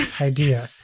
idea